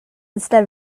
instead